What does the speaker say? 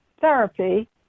therapy